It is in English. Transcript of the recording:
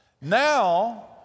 Now